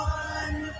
one